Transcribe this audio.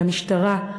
מהמשטרה,